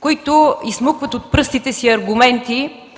които изсмукват от пръстите си аргументи,